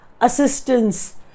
assistance